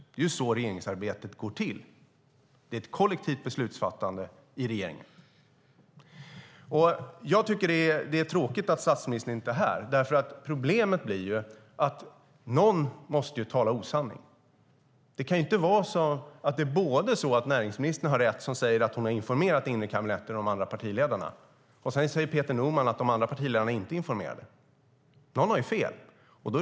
Det är ju så regeringsarbetet går till. Det är ett kollektivt beslutsfattande i regeringen. Jag tycker att det är tråkigt att statsministern inte är här, därför att problemet är att någon måste tala osanning. Det kan inte vara så att både förra näringsministern, som säger att hon har informerat det inre kabinettet och de andra partiledarna, och Peter Norman, som säger att de andra partiledarna inte är informerade, har rätt. Någon har fel.